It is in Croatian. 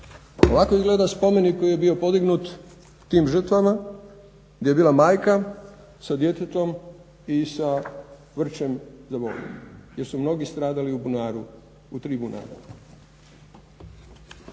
Ovako izgleda spomenik koji je bio podignut tim žrtvama, gdje je bila majka sa djetetom i sa vrčem za vodu jer su mnogi stradali u bunaru, u tri bunara.